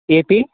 ap